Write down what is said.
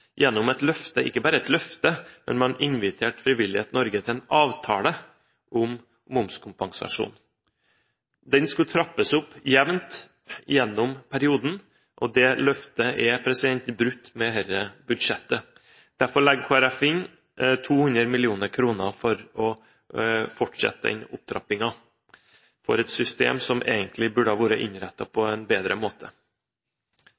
gjennom et løfte – ikke bare et løfte, men man inviterte Frivillighet Norge til en avtale om momskompensasjon. Den skulle trappes jevnt opp gjennom perioden, og dette løftet er brutt med dette budsjettet. Derfor legger Kristelig Folkeparti inn 200 mill. kr for å fortsette denne opptrappingen for et system som egentlig burde ha vært